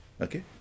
Okay